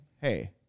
hey